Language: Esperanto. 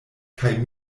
kaj